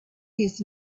his